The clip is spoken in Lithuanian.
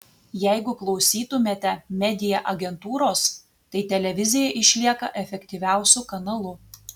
jeigu klausytumėte media agentūros tai televizija išlieka efektyviausiu kanalu